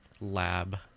lab